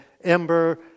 ember